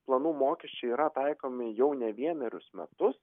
planų mokesčiai yra taikomi jau ne vienerius metus